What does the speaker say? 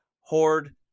horde